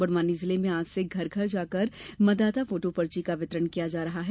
बड़वानी जिले में आज से घर घर जाकर मतदाता फोटो पर्ची का वितरण किया जा रहा है